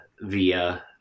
via